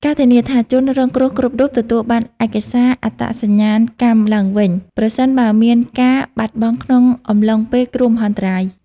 ការធានាថាជនរងគ្រោះគ្រប់រូបទទួលបានឯកសារអត្តសញ្ញាណកម្មឡើងវិញប្រសិនបើមានការបាត់បង់ក្នុងអំឡុងពេលគ្រោះមហន្តរាយ។